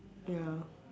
ya